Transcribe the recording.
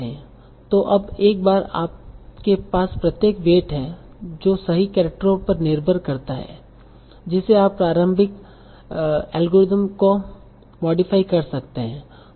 तो अब एक बार आपके पास प्रत्येक वेट है जो सही केरेक्टरो पर निर्भर करता है जिसे आप अपने प्रारंभिक एल्गोरिथ्म को मॉडिफाई कर सकते हैं